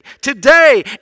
today